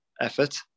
effort